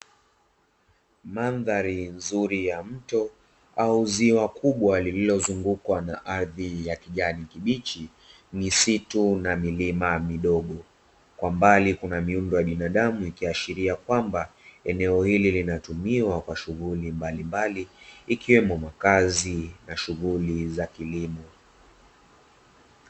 Mandhari nzuri ya mto au ziwa kubwa lililozungukwa na ardhi ya kijani kibichi, misitu na milima midogo; kwa mbali kuna miundo ya binadamu ikiashiria kwamba eneo hili linatumiwa kwa shughuli mbalimbali, ikiwemo makazi na shughuli za kilimo.